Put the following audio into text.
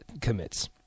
commits